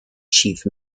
chief